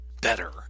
better